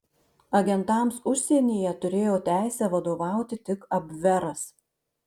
agentams užsienyje turėjo teisę vadovauti tik abveras